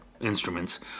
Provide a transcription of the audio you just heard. instruments